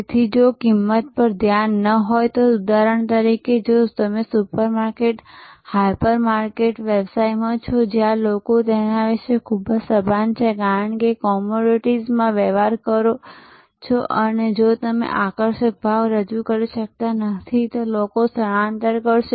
તેથી જો કિંમત પર ધ્યાન ન હોય તો ઉદાહરણ તરીકે જો તમે સુપરમાર્કેટ હાઇપર માર્કેટ વ્યવસાયમાં છો જ્યાં લોકો તેના વિશે ખૂબ જ સભાન છો કારણ કે તમે કોમોડિટીઝમાં વ્યવહાર કરો છો અને જો તમે આકર્ષક ભાવ રજૂ કરી શકતા નથી તો લોકો સ્થળાંતર કરશે